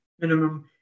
minimum